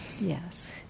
yes